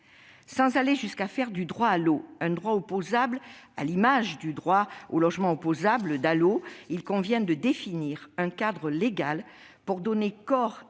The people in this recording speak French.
Sans aller jusqu'à faire du droit à l'eau un droit opposable à l'image du droit au logement opposable, le DALO, il convient de définir un cadre légal pour donner corps et